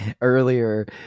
earlier